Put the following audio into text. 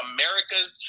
Americas